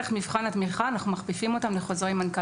אנחנו מכפיפים אותם לחוזרי מנכ"ל